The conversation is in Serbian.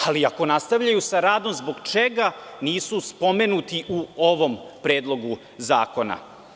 Ali, ako nastavljaju sa radom, zbog čega nisu spomenuti u ovom Predlogu zakona?